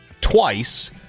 twice